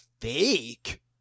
fake